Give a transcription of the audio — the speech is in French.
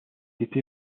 été